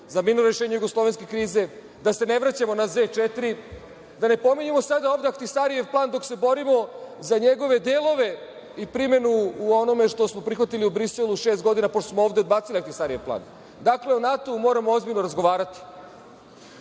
za mirno rešenje jugoslovenske krize. Da se ne vraćamo na Z-4, da ne pominjemo sada ovde Ahtisarijev plan, dok se borimo za njegove delove i primenu u onome što smo prihvatili u Briselu šest godina pošto smo ovde odbacili Ahtisarijev plan. Dakle, o NATO-u moramo ozbiljno razgovarati.